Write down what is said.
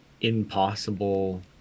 impossible